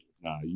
Nah